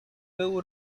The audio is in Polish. był